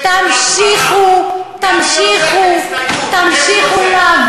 יש פה הסתייגות של 100